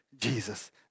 Jesus